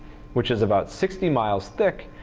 which is about sixty miles thick.